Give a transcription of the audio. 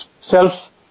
self-